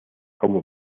como